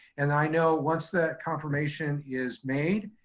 and i know once the confirmation is made,